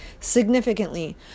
Significantly